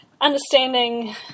understanding